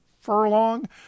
Furlong